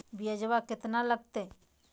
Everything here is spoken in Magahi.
ब्यजवा केतना लगते?